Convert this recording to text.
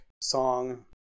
song